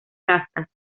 castas